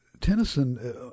Tennyson